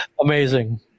Amazing